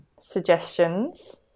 Suggestions